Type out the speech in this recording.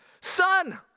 son